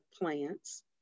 plants